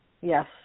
Yes